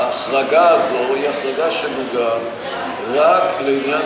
ההחרגה הזו היא החרגה שנוגעת רק לעניין